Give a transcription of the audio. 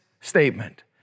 statement